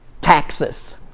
Taxes